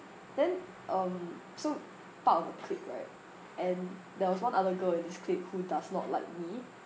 then um so part of the clique right and there was one other girl in this clique who does not like me